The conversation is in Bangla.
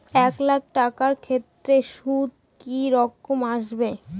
এক লাখ টাকার ক্ষেত্রে সুদ কি রকম আসবে?